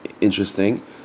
interesting